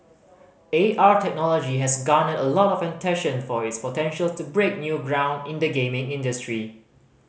A R technology has garnered a lot of attention for its potential to break new ground in the gaming industry